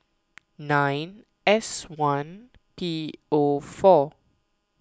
nine S one P O four